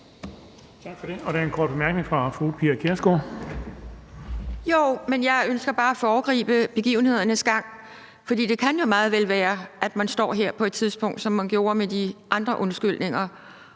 Tak for det. Der er en kort bemærkning fra fru Pia Kjærsgaard. Kl. 12:52 Pia Kjærsgaard (DF): Jeg ønsker bare at foregribe begivenhedernes gang. Det kan jo meget vel være, at man står her på et tidspunkt, som man gjorde ved de andre undskyldninger,